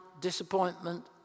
disappointment